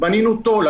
בנינו תו"ל,